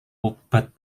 obat